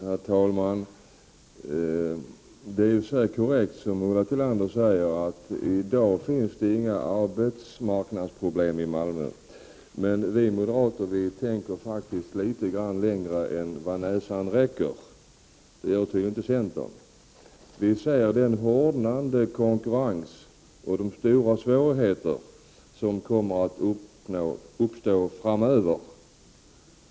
Herr talman! Det är säkert korrekt som Ulla Tillander säger: i dag finns det inga arbetsmarknadsproblem i Malmö. Men vi moderater tänker faktiskt litet längre än vad näsan räcker. Det gör tydligen inte centern. Vi ser den hårdnande konkurrens och de stora svårigheter som kommer att uppstå framöver.